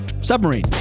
submarine